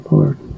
Lord